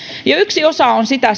ja yksi osa sitä